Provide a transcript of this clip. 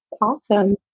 Awesome